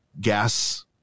gas